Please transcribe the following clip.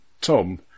Tom